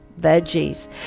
veggies